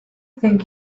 think